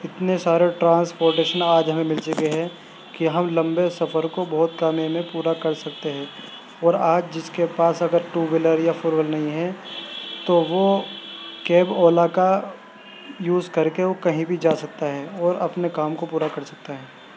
اتنے سارے ٹرانسپورٹیشن آج ہمیں مل چکے ہیں کہ ہم لمبے سفر کو بہت سمے میں پورا کر سکتے ہیں اور آج جس کے پاس اگر ٹو ویلر یا فور ویلر نہیں ہے تو وہ کیب اولا کا یوز کر کے وہ کہیں بھی جا سکتا ہے اور اپنے کام کو پورا کر سکتا ہے